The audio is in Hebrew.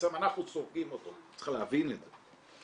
בעצם אנחנו סופגים אותו, צריך להבין את זה.